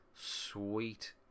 sweet